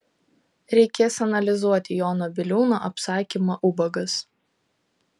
reikės analizuoti jono biliūno apsakymą ubagas